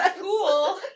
cool